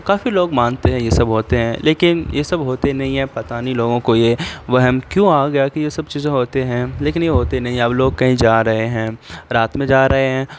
کافی لوگ مانتے ہیں یہ سب ہوتے ہیں لیکن یہ سب ہوتے نہیں ہیں پتا نہیں لوگوں کو یہ وہم کیوں آ گیا ہے کہ یہ سب چیزیں ہوتے ہیں لیکن یہ ہوتے نہیں ہیں اب لوگ کہیں جا رہے ہیں رات میں جا رہے ہیں